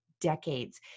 decades